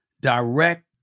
direct